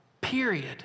period